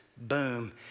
boom